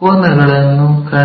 ಕೋನಗಳನ್ನು ಕಂಡುಹಿಡಿಯಬೇಕು